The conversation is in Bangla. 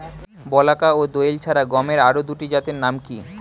বলাকা ও দোয়েল ছাড়া গমের আরো দুটি জাতের নাম কি?